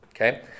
Okay